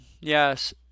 Yes